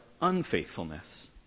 unfaithfulness